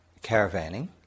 caravanning